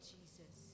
Jesus